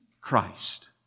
Christ